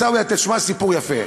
עיסאווי, תשמע סיפור יפה.